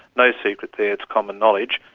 no secret there, it's common knowledge,